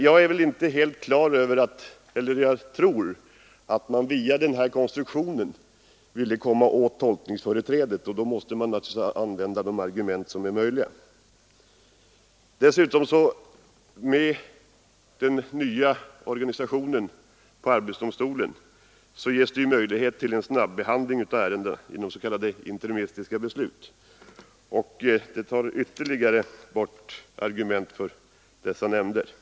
Jag tror att moderaterna via den konstruktionen ville komma åt tolkningsföreträdet, och då måste de naturligtvis använda alla sina tillgängliga argument. Med den nya organisationen av arbetsdomstolen ges vidare möjlighet till snabbehandling av ärenden genom interimistiska beslut. Det tar ytterligare bort argument för de föreslagna nämnderna.